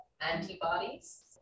antibodies